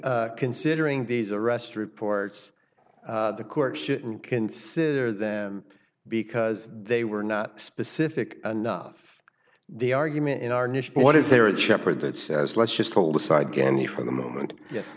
considering these arrests reports the court shouldn't consider them because they were not specific enough the argument in our nish what is there a shepherd that says let's just hold aside candy for the moment ye